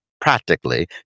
practically